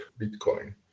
Bitcoin